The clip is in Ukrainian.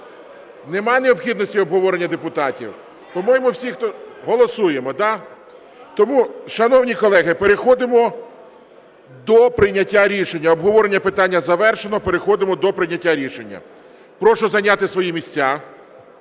Немає необхідності обговорення депутатів? Голосуємо, да? Тому, шановні колеги, переходимо до прийняття рішення. Обговорення питання завершено, переходимо до прийняття рішення. Прошу зайняти свої місця.